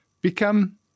become